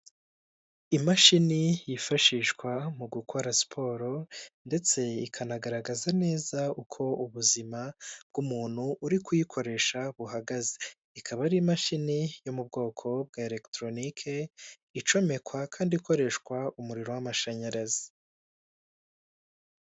Imashini yifashishwa mu gukora siporo ndetse ikanagaragaza neza uko ubuzima bw'umuntu uri kuyikoresha buhagaze ikaba ari imashini yo mu bwoko bwa eregitoronike icomekwa kandi ikoreshwa umuriro w'amashanyarazi.